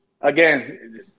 again